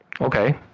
Okay